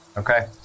Okay